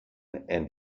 and